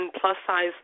plus-size